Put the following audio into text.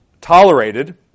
tolerated